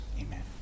Amen